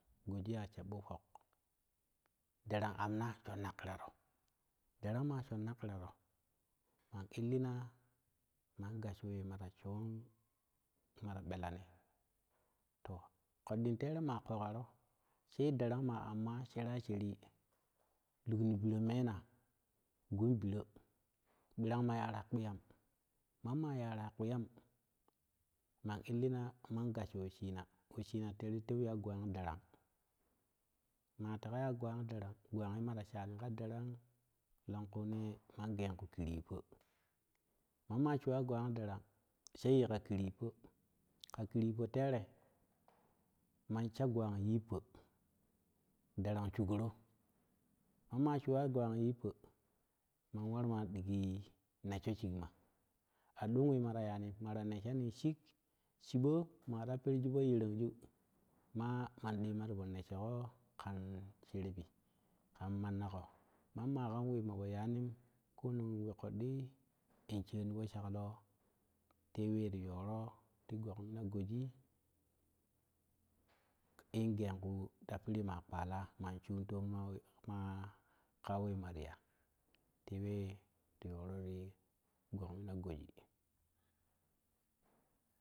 Godiya shabbopok darang amna shaina kiraro’ darang ma shonma kiraro man illina man gassho we mara shai mara belan to ƙodɗing tera ma kokaro she darang ma amma shera sheri lugni biro mana gun biro ъirang ma yura kpiyam momma yara kpoyam man illina inan gassho we shina weshina te re ti tewi ya gwang darang maa teka ya gwang darang gwang ye mara shani ka darang long kune man gen ku kiripo mamma suwa gwang darang sai tika keri yippo ka kiri po tere man sha gwant tippo darang shugoro mamma shuwa gwang tippo manwarma digi nessho shiigma a dong we mara tanim mara nisshani shik chibo mara per ju po terendu maa manɗema tipo nesshoƙo kan sherebi kan manna ƙo mamma kan we mabo tanim kononin we ƙoddi in sheni po shai lo tewe ti to ro ti gokmina gosi in genku tapori ma kpla man suntuni ma ka we mariya te we ti yoro ti gou mina godi.